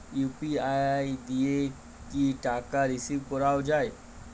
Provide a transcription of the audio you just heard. UPI দিয়ে কি টাকা রিসিভ করাও য়ায়?